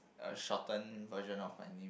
a shorten version of my name